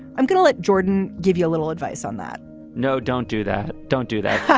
i'm going to let jordan give you a little advice on that no, don't do that. don't do that.